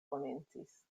komencis